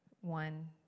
one